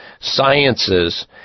Sciences